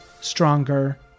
stronger